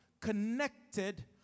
connected